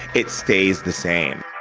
it stays the same